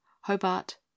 hobart